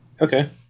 Okay